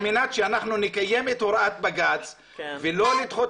על מנת שאנחנו נקיים את הוראת בג"צ ולא לדחות